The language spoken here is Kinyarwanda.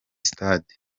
stade